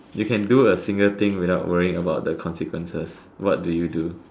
you can do a single thing without worrying about the consequences what do you do